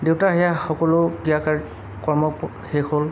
দেউতা সেয়া সকলো ক্ৰিয়া কৰ্ম শেষ হ'ল